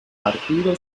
compartido